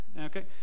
Okay